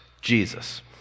Jesus